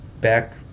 Back